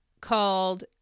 called